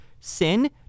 sin